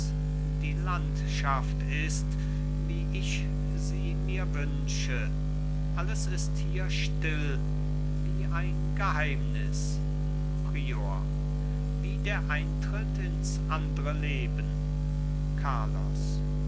die landschaft ist wie ich sie mir wünsche alles ist hier still wie ein geheimnis prior wie der eintritt ins andre leben carlos